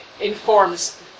informs